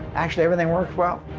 actually everything worked well.